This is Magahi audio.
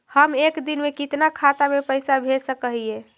हम एक दिन में कितना खाता में पैसा भेज सक हिय?